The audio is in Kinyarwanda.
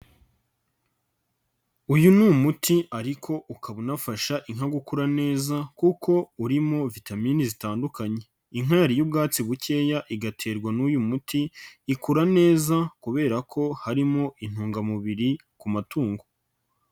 Uyu ni umuti ariko ukaba unafasha inka gukura neza kuko urimo vitamine zitandukanye, inka yariye ubwatsi bukeya igaterwa n'uyu muti, ikura neza kubera ko harimo intungamubiri ku matungo.